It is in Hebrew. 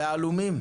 בעלומים?